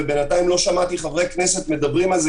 ובינתיים לא שמעתי חברי כנסת מדברים על זה,